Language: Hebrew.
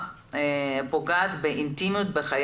אני חייבת לומר שלפני שמגיעים לכל